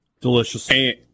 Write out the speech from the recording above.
Delicious